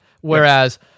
whereas